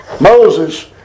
Moses